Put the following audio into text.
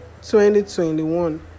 2021